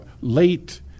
late